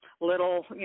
little